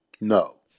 No